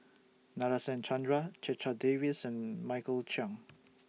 Nadasen Chandra Checha Davies and Michael Chiang